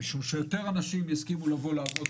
משום שיותר אנשים יסכימו לבוא לעבוד